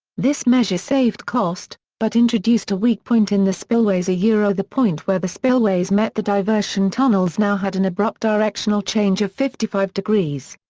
this measure saved cost, but introduced a weak point in the spillways ah the point where the spillways met the diversion tunnels now had an abrupt directional change of fifty five degrees.